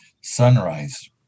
sunrise